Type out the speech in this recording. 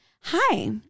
Hi